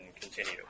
continue